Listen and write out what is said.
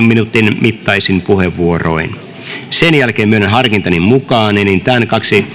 minuutin mittaisin puheenvuoroin sen jälkeen myönnän harkintani mukaan enintään